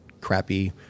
crappy